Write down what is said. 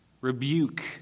rebuke